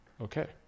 Okay